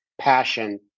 passion